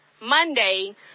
Monday